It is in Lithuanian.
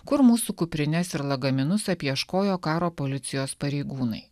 kur mūsų kuprines ir lagaminus apieškojo karo policijos pareigūnai